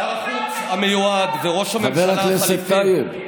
שר החוץ המיועד וראש הממשלה החלופי,